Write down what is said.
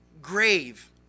grave